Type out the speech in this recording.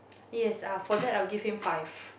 yes uh for that I'll give him five